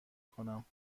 کنم